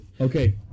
Okay